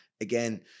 again